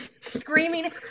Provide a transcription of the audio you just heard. screaming